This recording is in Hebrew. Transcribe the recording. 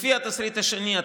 לפי התסריט השני,